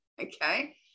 okay